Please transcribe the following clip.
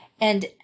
and